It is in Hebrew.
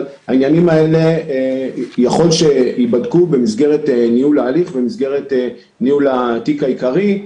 העניינים האלה ייבדקו במסגרת ניהול ההליך וניהול התיק העיקרי.